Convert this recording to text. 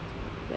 too bad